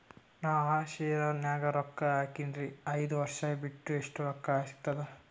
ನಾನು ಆ ಶೇರ ನ್ಯಾಗ ರೊಕ್ಕ ಹಾಕಿನ್ರಿ, ಐದ ವರ್ಷ ಬಿಟ್ಟು ಎಷ್ಟ ರೊಕ್ಕ ಸಿಗ್ತದ?